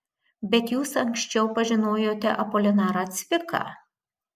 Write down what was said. bet jūs anksčiau pažinojote apolinarą cviką